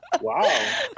Wow